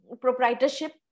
proprietorship